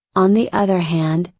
on the other hand,